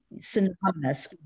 synonymous